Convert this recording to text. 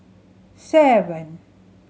seven